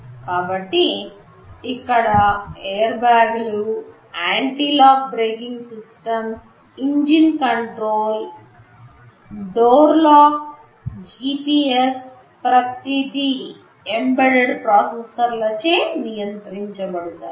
కాబట్టి ఇక్కడ ఎయిర్బ్యాగులు anti lock braking systems engine control door lock GPS ప్రతిదీ ఎంబెడెడ్ ప్రాసెసర్లచే నియంత్రించబడతాయి